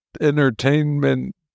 entertainment